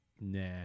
nah